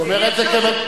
הוא אומר את זה כמטאפורה.